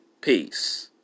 Peace